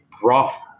broth